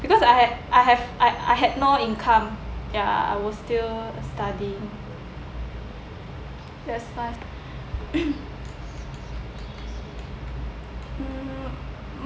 because I had I have I I had no income I was still studying that's why mm